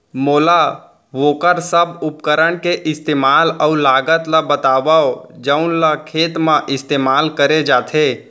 मोला वोकर सब उपकरण के इस्तेमाल अऊ लागत ल बतावव जउन ल खेत म इस्तेमाल करे जाथे?